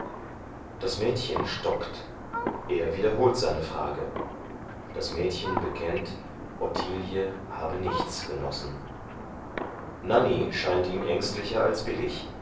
das mädchen stockt er wiederholt seine frage das mädchen bekennt ottilie habe nichts genossen nanny scheint ihm ängstlicher als billig